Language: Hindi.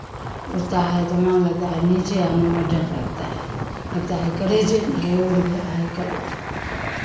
उड़ता है तो मन लगता है नीचे आने पर डर लगता है लगता है कलेजे नहीं है उड़ गया है कलेजा